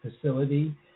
facility